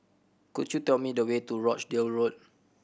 could you tell me the way to Rochdale Road